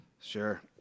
sure